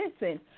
listen